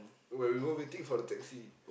when we were waiting for the taxi